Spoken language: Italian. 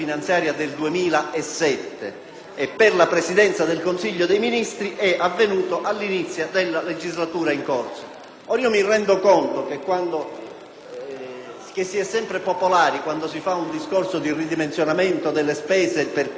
per la Presidenza del Consiglio dei ministri è avvenuto all'inizio della legislatura in corso. Mi rendo conto che si è sempre popolari quando si fa un discorso di ridimensionamento delle spese perché ci sono uffici elefantiaci,